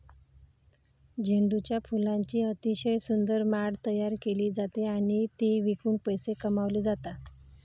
झेंडूच्या फुलांची अतिशय सुंदर माळ तयार केली जाते आणि ती विकून पैसे कमावले जातात